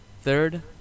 Third